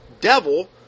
devil